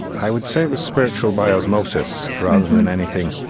i would say it was spiritual by osmosis rather than anything.